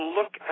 Look